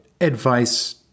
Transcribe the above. advice